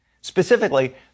Specifically